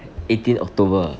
eighteen october